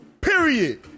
period